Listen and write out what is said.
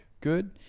Good